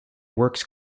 works